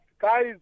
guys